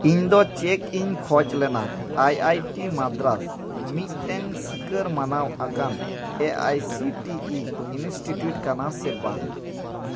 ᱤᱧᱫᱚ ᱪᱮᱠᱤᱧ ᱠᱷᱚᱡᱽ ᱞᱮᱱᱟ ᱟᱭ ᱟᱭ ᱴᱤ ᱢᱟᱫᱽᱨᱟᱥ ᱢᱤᱫᱴᱮᱝ ᱥᱤᱠᱟᱹᱨ ᱢᱟᱱᱟᱣ ᱟᱠᱟᱱ A I C T E institute ᱠᱟᱱᱟ ᱥᱮ ᱵᱟᱝ